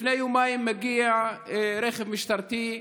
לפני יומיים מגיע רכב משטרתי,